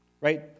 right